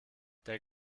der